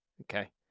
Okay